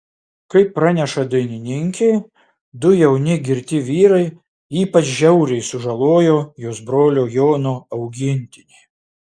kaip praneša dainininkė du jauni girti vyrai ypač žiauriai sužalojo jos brolio jono augintinį